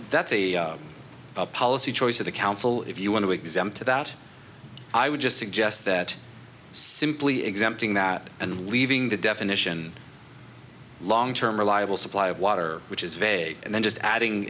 that's a policy choice of the counsel if you want to exam to that i would just suggest that simply exempting that and leaving the definition long term reliable supply of water which is vague and then just adding